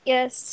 Yes